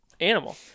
animal